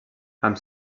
amb